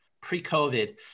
Pre-COVID